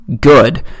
good